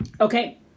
okay